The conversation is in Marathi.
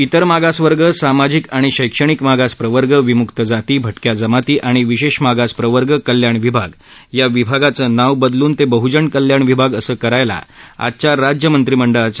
इतर मागासवर्ग सामाजिक आणि शैक्षणिक मागास प्रवर्ग विमुक्त जाती भटक्या जमाती आणि विशेष मागास प्रवर्ग कल्याण विभाग या विभागाचं नाव बदलून ते बहुजन कल्याण विभाग असं करायला आजच्या राज्य मंत्रीमंडळाच्या बैठकीत मान्यता मिळाली